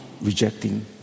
rejecting